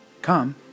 come